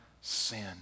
sin